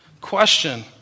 Question